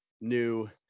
New